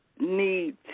need